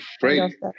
Great